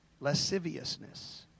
lasciviousness